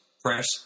press